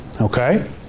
Okay